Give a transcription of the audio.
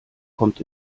kommt